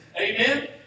Amen